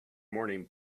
morning